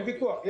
אין ויכוח,